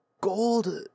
gold